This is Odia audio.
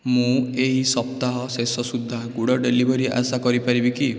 ମୁଁ ଏହି ସପ୍ତାହ ଶେଷ ସୁଦ୍ଧା ଗୁଡ଼ ଡେଲିଭରି ଆଶା କରିପାରିବି କି